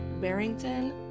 Barrington